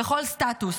בכל סטטוס,